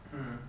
mm